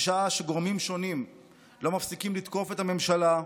בשעה שגורמים שונים לא מפסיקים לתקוף את הממשלה,